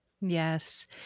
Yes